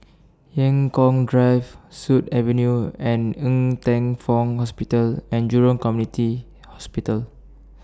Eng Kong Drive Sut Avenue and Ng Teng Fong Hospital and Jurong Community Hospital